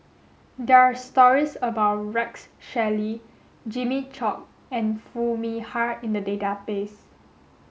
there are stories about Rex Shelley Jimmy Chok and Foo Mee Har in the database